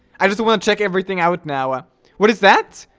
i just want to check everything out now. ah what is that?